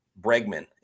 Bregman